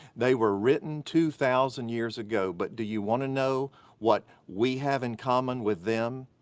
they were written two thousand years ago, but do you wanna know what we have in common with them?